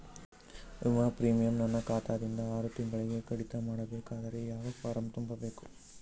ವಿಮಾ ಪ್ರೀಮಿಯಂ ನನ್ನ ಖಾತಾ ದಿಂದ ಆರು ತಿಂಗಳಗೆ ಕಡಿತ ಮಾಡಬೇಕಾದರೆ ಯಾವ ಫಾರಂ ತುಂಬಬೇಕು?